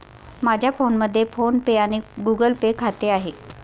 माझ्या फोनमध्ये PhonePe आणि गुगल पे खाते आहे